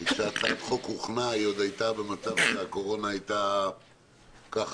כי כשהצעת החוק הוכנה היא עוד הייתה במצב שהקורונה הייתה ככה-ככה.